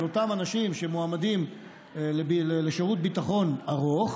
אותם אנשים שמועמדים לשירות ביטחון ארוך,